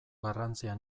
garrantzia